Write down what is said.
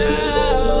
now